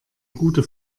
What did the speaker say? gute